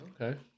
Okay